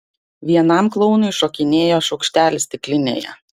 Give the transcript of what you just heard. vienam klounui šokinėjo šaukštelis stiklinėje